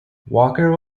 walker